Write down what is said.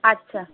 আচ্ছা